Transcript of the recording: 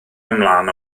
ymlaen